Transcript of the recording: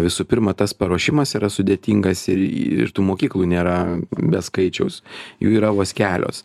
visų pirma tas paruošimas yra sudėtingas ir ir tų mokyklų nėra be skaičiaus jų yra vos kelios